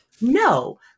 No